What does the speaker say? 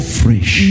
fresh